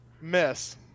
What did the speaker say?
Miss